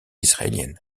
israélienne